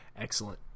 Excellent